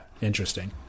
Interesting